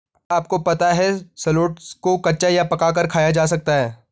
क्या आपको पता है शलोट्स को कच्चा या पकाकर खाया जा सकता है?